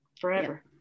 forever